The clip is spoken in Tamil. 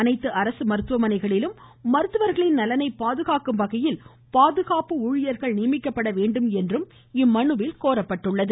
அனைத்து அரசு மருத்துவமனைகளிலும் மருத்துவர்களின் நலனை பாதுகாக்கம் வகையில் பாதுகாப்பு அலுவலர்கள் நியமிக்கப்படவேண்டும் என்று இம்மனுவில் கோரப்பட்டுள்ளது